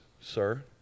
sir